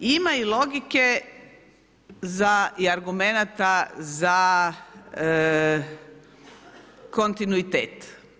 Ima i logike za i argumenata za kontinuitet.